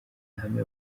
hame